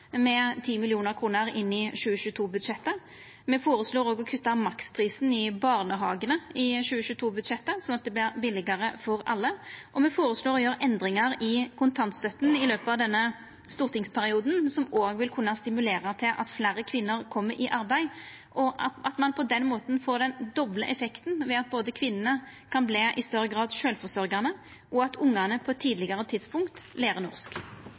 Me føreslår òg å kutta maksprisen i barnehagane i 2022-budsjettet, slik at det vert billegare for alle, og me føreslår å gjera endringar i kontantstøtta under denne stortingsperioden, som òg vil kunna stimulera til at fleire kvinner kjem i arbeid. På den måten får ein den doble effekten, ved at kvinnene i større grad kan verta sjølvforsørgjande, og at ungane på eit tidlegare tidspunkt lærer norsk.